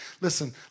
Listen